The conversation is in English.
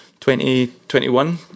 2021